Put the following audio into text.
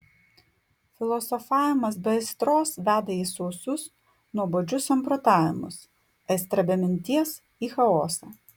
filosofavimas be aistros veda į sausus nuobodžius samprotavimus aistra be minties į chaosą